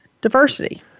diversity